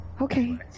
Okay